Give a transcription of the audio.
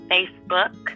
Facebook